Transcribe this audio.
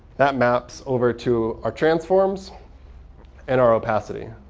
that maps over to our transforms and our opacity.